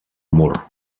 mur